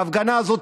ההפגנה הזאת,